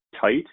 tight